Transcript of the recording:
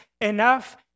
enough